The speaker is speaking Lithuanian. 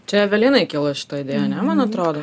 čia evelinai kilo šita idėja ane man atrodo